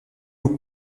aux